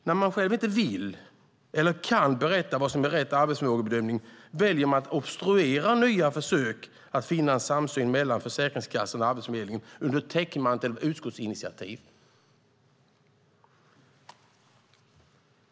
När man själv inte vill eller kan berätta vad som är rätt arbetsförmågebedömning väljer man att obstruera nya försök att finna en samsyn mellan Försäkringskassan och Arbetsförmedlingen under täckmantel av utskottsinitiativ.